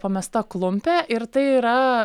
pamesta klumpė ir tai yra